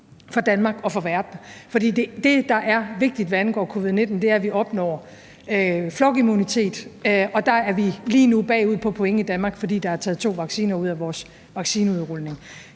for Danmark og for verden. For det, der er vigtigt, hvad angår covid-19, er, at vi opnår flokimmunitet, og der er vi lige nu bagud på point i Danmark, fordi der er taget to vacciner ud af vores vaccineudrulning.